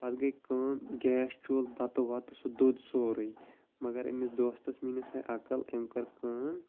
پَتہٕ گٔے کٲم گیس چوٗلہٕ بَتہٕ وَتہٕ سُہ دوٚد سورُے مگر أمِس دوستَس میٲنِس آیہِ عقل أمۍ کٔر کٲم